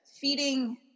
feeding